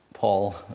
Paul